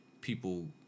people